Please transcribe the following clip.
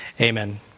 Amen